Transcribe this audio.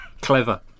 Clever